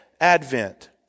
advent